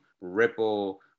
ripple